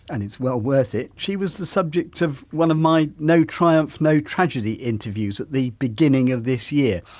and it's well worth it, she was the subject of one of my no triumph, no tragedy interviews at the beginning of this year.